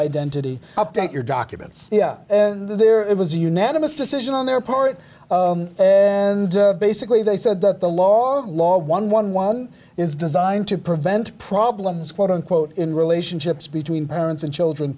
identity update your documents yeah there it was a unanimous decision on their part and basically they said that the law of law one one one is designed to prevent problems quote unquote in relationships between parents and children